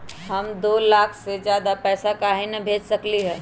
हम दो लाख से ज्यादा पैसा काहे न भेज सकली ह?